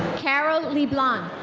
carol leblanc.